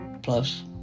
plus